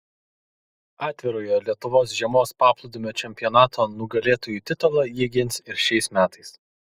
atvirojo lietuvos žiemos paplūdimio čempionato nugalėtojų titulą ji gins ir šiais metais